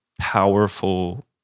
powerful